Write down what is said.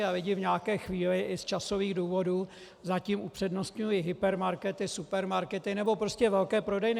A lidé v nějaké chvíli i z časových důvodů zatím upřednostňují hypermarkety, supermarkety, nebo prostě velké prodejny.